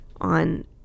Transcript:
on